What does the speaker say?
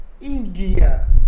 India